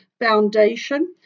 Foundation